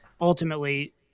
ultimately